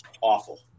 awful